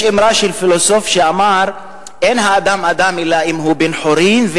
יש אמרה של פילוסוף שאמר: אין האדם אדם אלא אם הוא בן-חורין,